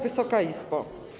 Wysoka Izbo!